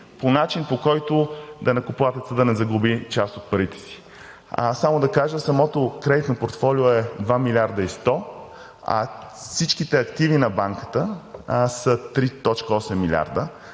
по начин, по който данъкоплатецът да не загуби част от парите си. Самото кредитно портфолио е 2 милиарда и 100, а всичките активи на Банката са 3,8 милиарда,